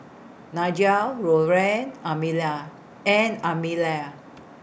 Nigel Loren Amelia and Amelia